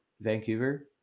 Vancouver